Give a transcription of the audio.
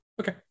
Okay